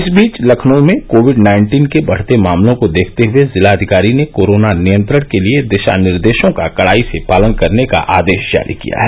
इस बीच लखनउ में कोविड नाइन्टीन के बढ़ते मामलों को देखते हुए जिलाधिकारी ने कोरोना नियंत्रण के लिए दिशा निर्देशों का कड़ाई से पालन करने का आदेश जारी किया है